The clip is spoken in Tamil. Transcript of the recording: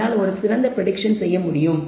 என்னால் ஒரு சிறந்த ப்ரெடிக்ஷன் செய்ய முடியும்